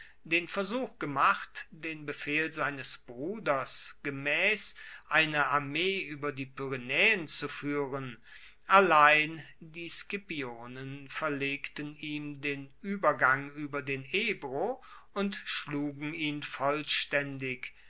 den versuch gemacht den befehl seines bruders gemaess eine armee ueber die pyrenaeen zu fuehren allein die scipionen verlegten ihm den uebergang ueber den ebro und schlugen ihn vollstaendig